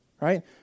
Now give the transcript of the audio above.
right